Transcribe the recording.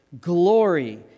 glory